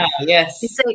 yes